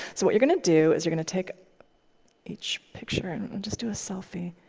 so but you're going to do is you're going to take each picture and just do a selfie.